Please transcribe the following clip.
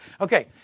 Okay